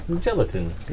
Gelatin